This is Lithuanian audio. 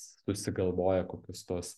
susigalvoja kokius tuos